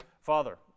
Father